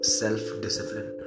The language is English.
self-discipline